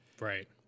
right